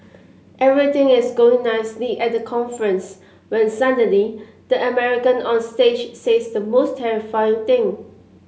everything is going nicely at the conference when suddenly the American on stage says the most terrifying thing